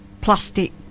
plastic